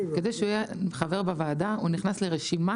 כדי שהוא יהיה חבר בוועדה הוא נכנס לרשימה